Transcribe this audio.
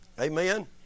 Amen